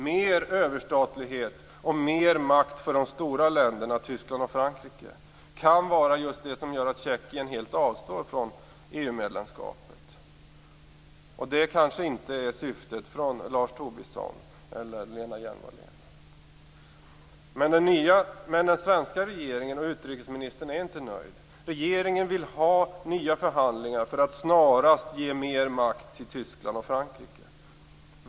Mer överstatlighet och mer makt för de stora länderna Tyskland och Frankrike kan vara just det som gör att Tjeckien helt avstår från EU-medlemskapet, och det är kanske inte Lars Tobissons eller Lena Hjelm Walléns syfte. Men den svenska regeringen och utrikesministern är inte nöjda. Regeringen vill ha nya förhandlingar för att snarast ge mer makt till Tyskland och Frankrike.